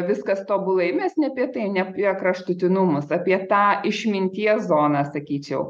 viskas tobulai mes ne apie tai ne apie kraštutinumus apie tą išminties zoną sakyčiau